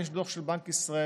יש דוח של בנק ישראל,